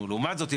לעומת זאת,